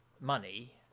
money